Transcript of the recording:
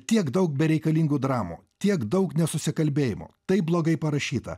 tiek daug bereikalingų dramų tiek daug nesusikalbėjimų taip blogai parašyta